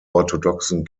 orthodoxen